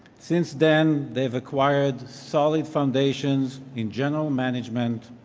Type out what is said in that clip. since then, they've acquired solid foundations in general management,